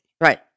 Right